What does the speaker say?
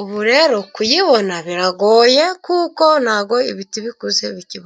Ubu rero kuyibona biragoye kuko ntabwo ibiti bikuze bikiboneka.